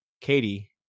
Katie